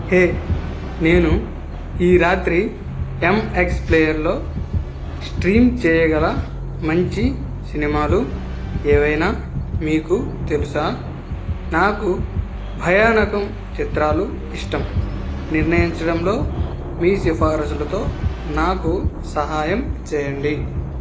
హే నేను ఈ రాత్రి ఎమ్ఎక్స్ ప్లేయర్లో స్ట్రీమ్ చేయగల మంచి సినిమాలు ఏవైనా మీకు తెలుసా నాకు భయానకం చిత్రాలు ఇష్టం నిర్ణయించడంలో మీ సిఫార్సులతో నాకు సహాయం చేయండి